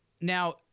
Now